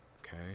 Okay